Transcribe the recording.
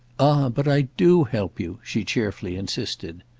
but i do help you! she cheerfully insisted.